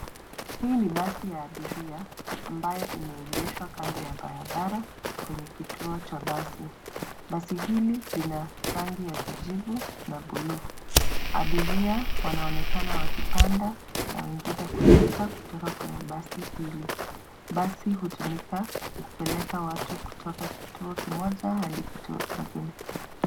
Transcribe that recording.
Hii ni basi ya abiria ambayo imeegeshwa kando ya barabara kwenye kituo cha basi. Basi hili lina rangi ya kijivu na bluu. Abiria wanaonekana wakipanda na wengine wakishuka kutoka kqenye basi hili. Basi hutumika kupeleka watu kutoka kituo kimoja hadi kituo kingine.